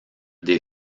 des